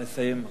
נא לסיים.